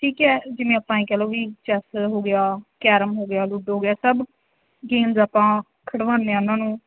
ਠੀਕ ਹੈ ਜਿਵੇਂ ਆਪਾਂ ਐਂ ਕਹਿ ਲਉ ਵੀ ਚੈੱਸ ਹੋ ਗਿਆ ਕੈਰਮ ਹੋ ਗਿਆ ਲੁੱਡੋ ਹੋ ਗਿਆ ਸਭ ਗੇਮਜ਼ ਆਪਾਂ ਖਡਵਾਉਂਦੇ ਹਾਂ ਉਹਨਾਂ ਨੂੰ